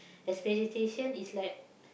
expectation is like